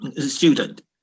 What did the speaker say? student